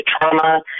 trauma